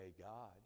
God